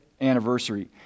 anniversary